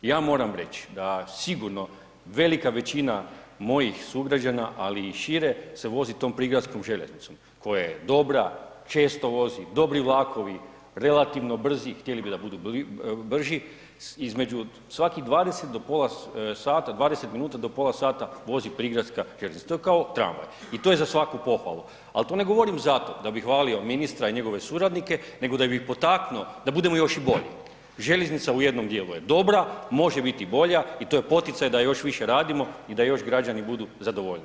Ja moram reći da sigurno velika većina mojih sugrađana, ali i šire se vozi tom prigradskom željeznicom koja je dobra, često vozi, dobri vlakovi, relativno brzi, htjeli bi da budu brži, između svakih 20 do pola sata, 20 minuta do pola sata vozi prigradska željeznica, to je kao tramvaj i to je za svaku pohvalu, al to ne govorim zato da bi hvalio ministra i njegove suradnike nego da bi ih potaknuo da budemo još i bolji, željeznica u jednom dijelu je dobra, može biti i bolja i to je poticaj da još više radimo i da još građani budu zadovoljniji.